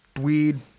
weed